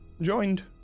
joined